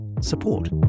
support